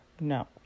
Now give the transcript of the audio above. no